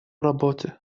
работе